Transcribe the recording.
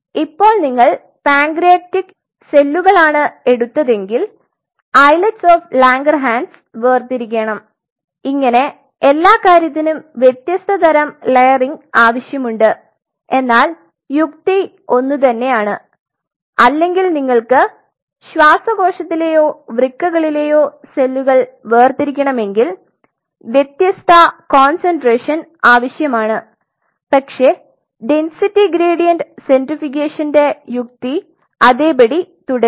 ഇപ്പൊ നിങ്ങൾ പാൻക്രിയാറ്റിക് സെല്ലുകലാണ് എടുത്തതെങ്കിൽ ഐലെട്സ് ഓഫ് ലാംഗർഹാൻസ് വേർതിരിക്കേണം ഇങ്ങനെ എല്ലാ കാര്യത്തിനും വ്യത്യസ്തതരം ലേയറിംഗ് ആവശ്യമുണ്ട് എന്നാൽ യുക്തി ഒന്നുതന്നെയാണ് അല്ലെങ്കിൽ നിങ്ങൾക്ക് ശ്വാസകോശത്തിലെയോ വൃക്കകളിലെയോ സെല്ലുകൾ വേർതിരികണമെങ്കിൽ വ്യത്യസ്ത കോൺസെൻട്രേഷൻ ആവശ്യമാണ് പക്ഷേ ഡെന്സിറ്റി ഗ്രേഡിയന്റ് സെൻട്രിഫ്യൂഗേഷന്റെ യുക്തി അതേപടി തുടരും